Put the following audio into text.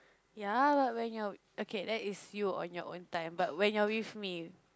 ya lah when you're okay that is you on your own time but when you're with me